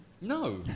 No